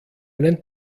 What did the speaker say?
einen